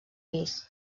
pis